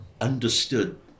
understood